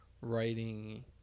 writing